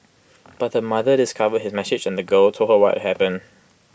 but her mother discovered his message and the girl told her what had happened